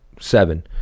seven